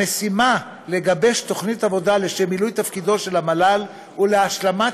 המשימה לגבש תוכנית עבודה לשם מילוי תפקידו של המל"ל ולהשלמת